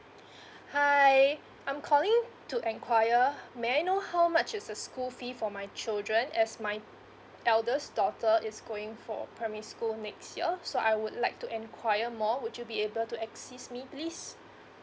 hi I'm calling to enquire may I know how much is a school fee for my children as my eldest daughter is going for primary school next year so I would like to enquire more would you be able to assist me please